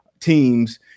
teams